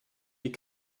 die